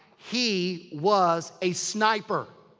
he was a sniper.